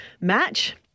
match